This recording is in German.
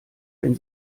wenn